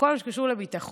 בכל מה שקשור לביטחון,